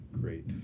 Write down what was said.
great